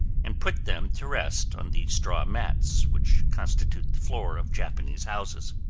and put them to rest on the straw mats which constitute the floor of japanese houses.